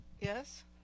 Yes